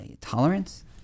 tolerance